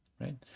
right